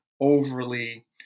overly